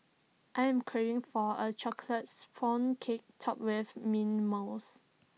I am craving for A Chocolate Sponge Cake Topped with Mint Mousse